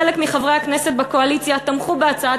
חלק מחברי הכנסת מהקואליציה תמכו בהצעת